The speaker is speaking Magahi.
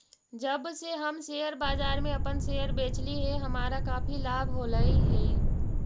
जब से हम शेयर बाजार में अपन शेयर बेचली हे हमारा काफी लाभ होलई हे